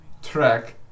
track